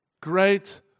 great